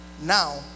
Now